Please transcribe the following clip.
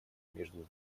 между